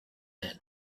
man